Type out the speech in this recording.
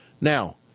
Now